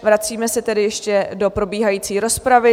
Vracíme se tedy ještě do probíhající rozpravy.